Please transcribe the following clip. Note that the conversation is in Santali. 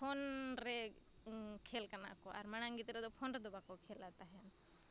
ᱯᱷᱳᱱᱨᱮ ᱠᱷᱮᱞ ᱠᱟᱱᱟᱠᱚ ᱟᱨ ᱢᱟᱲᱟᱝ ᱜᱤᱫᱽᱨᱟᱹᱫᱚ ᱯᱷᱳᱱ ᱨᱮᱫᱚ ᱵᱟᱠᱚ ᱠᱷᱮᱞᱮᱫ ᱛᱟᱦᱮᱱ